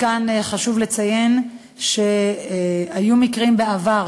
כאן חשוב לציין שהיו מקרים בעבר